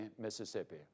Mississippi